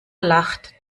lacht